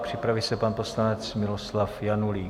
Připraví se pan poslanec Miloslav Janulík.